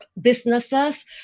businesses